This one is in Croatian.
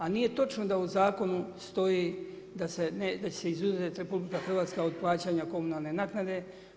A nije točno da u zakonu stoji da će se izuzet RH od plaćanja komunalne naknade.